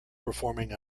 performing